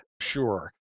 sure